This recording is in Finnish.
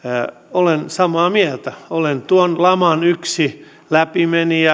olen samaa mieltä olen tuon laman yksi läpimenijä